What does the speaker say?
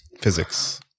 physics